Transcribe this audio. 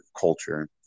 culture